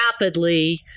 rapidly